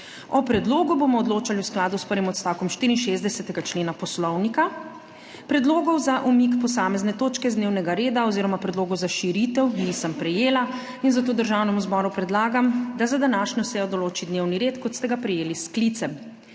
O predlogu bomo odločali v skladu s prvim odstavkom 64. člena Poslovnika. Predlogov za umik posamezne točke z dnevnega reda oziroma predlogov za širitev nisem prejela in zato Državnemu zboru predlagam, da za današnjo sejo določi dnevni red, kot ste ga prejeli s sklicem.